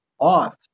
off